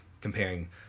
comparing